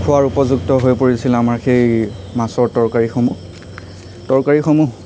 খোৱাৰ উপযুক্ত হৈ পৰিছিল আমাৰ সেই মাছৰ তৰকাৰীসমূহ তৰকাৰীসমূহ